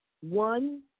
One